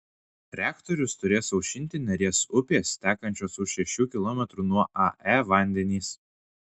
reaktorius turės aušinti neries upės tekančios už šešių kilometrų nuo ae vandenys